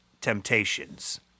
temptations